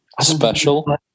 Special